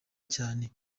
cyane